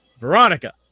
Veronica